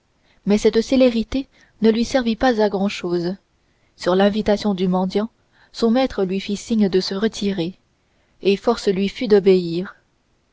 mais cette célérité ne lui servit pas à grand-chose sur l'invitation du mendiant son maître lui fit signe de se retirer et force lui fut d'obéir